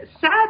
sad